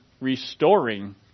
restoring